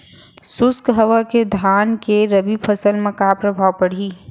शुष्क हवा के धान के रबि फसल मा का प्रभाव पड़ही?